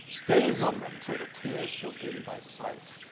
gaze on them, till the tears shall dim thy sight,